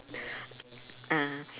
uh